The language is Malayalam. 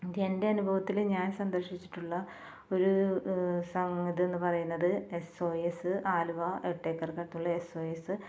ഇത് എൻ്റെ അനുഭവത്തിൽ ഞാൻ സന്ദർശിച്ചിട്ടുള്ള ഒരു സംഗതി എന്ന് പറയുന്നത് S O S Aluva S O S